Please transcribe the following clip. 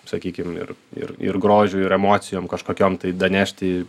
sakykim ir ir ir grožiu ir emocijom kažkokiom tai danešti